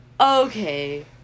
okay